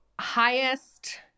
highest